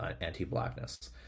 anti-Blackness